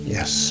Yes